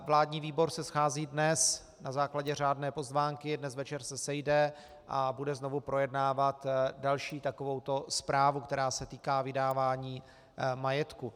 Vládní výbor se schází dnes na základě řádné pozvánky, dnes večer se sejde a bude znovu projednávat další takovouto zprávu, která se týká vydávání majetku.